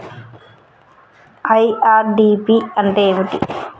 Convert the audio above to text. IRDP అంటే ఏమిటి?